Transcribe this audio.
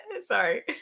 sorry